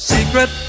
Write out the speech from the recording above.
Secret